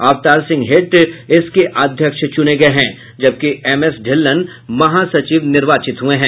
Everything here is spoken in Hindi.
अवतार सिंह हिट इसके अध्यक्ष चुने गये हैं जबकि एम एस ढिल्लन महासचिव निर्वाचित हुये हैं